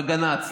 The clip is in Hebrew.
בגנ"צ,